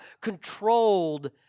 controlled